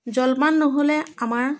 জলপান নহ'লে আমাৰ